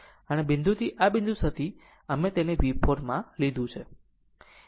અને આ બિંદુથી આ બિંદુ સુધી અમે તેને V4 માં લીધી